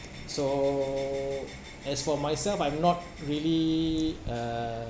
so as for myself I'm not really uh